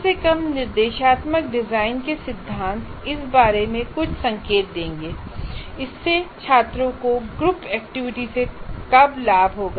कम से कम निर्देशात्मक डिजाइन के सिद्धांत इस बारे में कुछ संकेत देंगे कि इससे छात्रों को ग्रुप एक्टिविटी से कब लाभ होगा